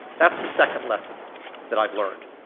that's the second lesson that i've learned.